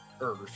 earth